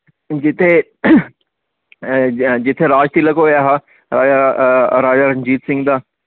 जित्थे जित्थे राजतिलक होया हा राजा रणजीत सिंह दा